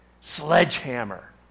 sledgehammer